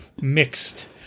Mixed